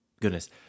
Goodness